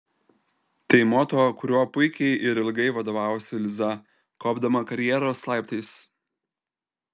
tai moto kuriuo puikiai ir ilgai vadovavosi liza kopdama karjeros laiptais